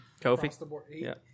Kofi